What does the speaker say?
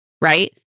Right